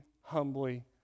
humbly